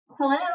Hello